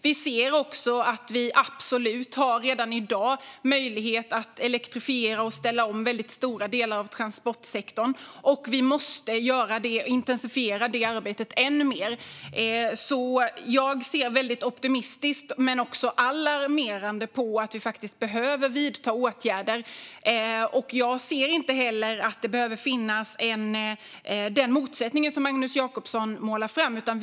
Vi ser också att vi redan i dag har möjlighet att elektrifiera och ställa om väldigt stora delar av transportsektorn. Vi måste intensifiera det arbetet än mer. Jag ser väldigt optimistiskt men också alarmerat på att vi faktiskt behöver vidta åtgärder. Jag ser inte att det behöver finnas den motsättning som Magnus Jacobsson målar upp.